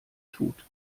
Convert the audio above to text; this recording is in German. tut